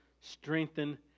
strengthen